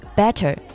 better